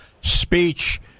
speech